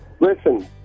Listen